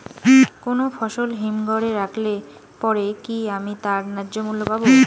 কোনো ফসল হিমঘর এ রাখলে পরে কি আমি তার ন্যায্য মূল্য পাব?